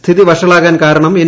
സ്ഥിിതി വ്ഷളാകാൻ കാരണം എൻ